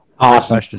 awesome